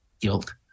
guilt